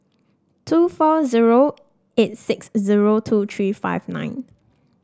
two four zero eight six zero two three five nine